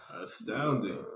astounding